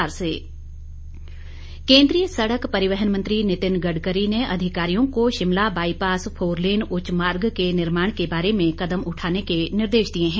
सड़क केंद्रीय सड़क परिवहन मंत्री नितिन गडकरी ने अधिकारियों को शिमला बाईपास फोरलेन उच्च मार्ग के निर्माण के बारे में कदम उठाने के निर्देश दिए है